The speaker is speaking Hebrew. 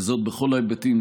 וזאת בכל ההיבטים,